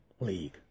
League